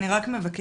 אני רק מבקשת,